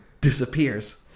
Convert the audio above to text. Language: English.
disappears